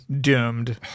doomed